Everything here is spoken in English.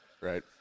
right